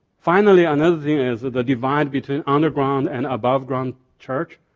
finally another thing is the divide between underground and above ground church.